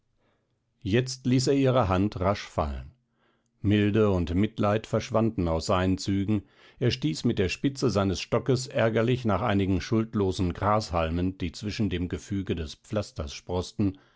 jetzt ließ er ihre hand rasch fallen milde und mitleid verschwanden aus seinen zügen er stieß mit der spitze seines stockes ärgerlich nach einigen schuldlosen grashalmen die zwischen dem gefüge des pflasters sproßten